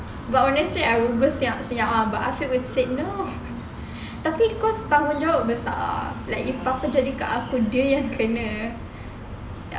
but obviously I will go senyap-senyap ah but afiq will say no tapi cause tanggungjawab besar like kalau apa-apa jadi kat aku dia kena ya